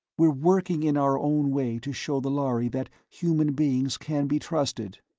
we're working in our own way to show the lhari that human beings can be trusted.